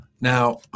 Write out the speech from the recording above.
Now